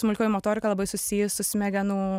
smulkioji motorika labai susijus su smegenų